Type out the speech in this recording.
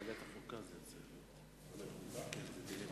והגנת הסביבה נתקבלה.